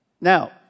Now